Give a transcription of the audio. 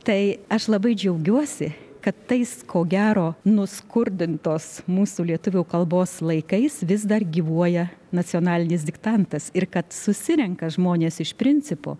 tai aš labai džiaugiuosi kad tais ko gero nuskurdintos mūsų lietuvių kalbos laikais vis dar gyvuoja nacionalinis diktantas ir kad susirenka žmonės iš principo